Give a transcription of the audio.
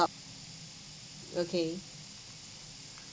up okay